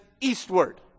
eastward